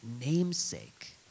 namesake